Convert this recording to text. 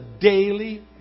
daily